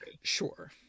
Sure